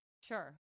Sure